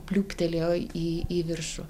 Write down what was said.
pliūptelėjo į į viršų